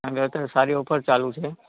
કારણ કે અત્યારે સારી ઓફર ચાલું છે